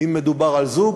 אם מדובר על זוג,